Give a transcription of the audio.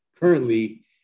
currently